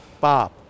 Bob